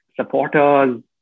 supporters